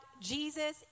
Jesus